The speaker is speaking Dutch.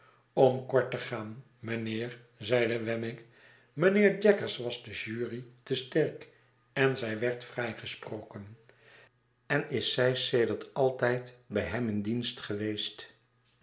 om kort te gaan mijnheer zeide wemmick mijnheer jaggers was de jury te sterk en zij werd vrijgesproken en is zij sedert altijd bij hem in dienst geweest